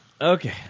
Okay